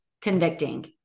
convicting